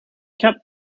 kept